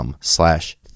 slash